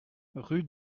rue